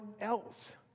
else